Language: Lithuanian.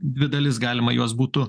dvi dalis galima juos būtų